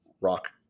rock